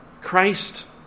Christ